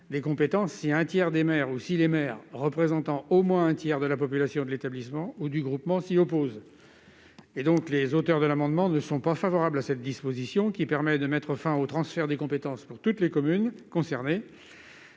intercommunale si un tiers des maires ou les maires représentant au moins un tiers de la population de l'établissement ou du groupement s'y opposent. Les auteurs de l'amendement ne sont pas favorables à cette disposition, qui permet de mettre fin au transfert de compétences pour toutes les communes concernées.